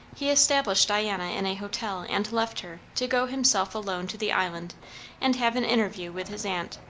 he established diana in a hotel and left her, to go himself alone to the island and have an interview with his aunt.